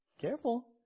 Careful